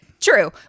True